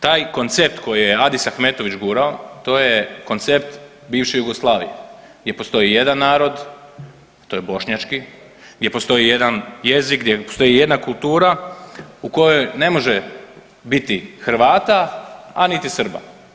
Taj koncept koji je Adis Ahmetović gurao to je koncept bivše Jugoslavije gdje postoji jedan narod, to je bošnjački, gdje postoji jedan jezik, gdje postoji jedna kultura u kojoj ne može biti Hrvata, a niti Srba.